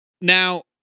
Now